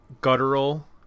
guttural